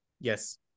Yes